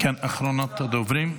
אחרונת הדוברים.